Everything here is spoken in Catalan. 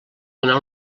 donar